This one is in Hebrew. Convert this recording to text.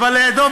אבל דב,